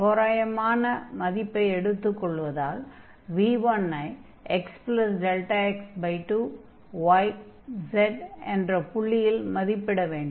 தோராயமான மதிப்பை எடுத்துக் கொள்வதால் v1 ஐ xδx2 y z என்ற புள்ளியில் மதிப்பிட வேண்டும்